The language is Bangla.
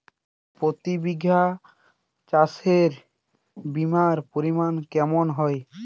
প্রতি বিঘা চাষে বিমার পরিমান কেমন হয়?